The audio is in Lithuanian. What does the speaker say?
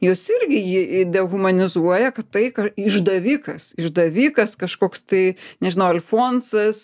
jos irgi jį dehumanizuoja kad tai išdavikas išdavikas kažkoks tai nežinau alfonsas